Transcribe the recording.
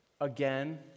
again